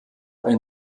ein